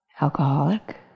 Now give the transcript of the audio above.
alcoholic